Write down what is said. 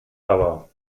aber